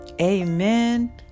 amen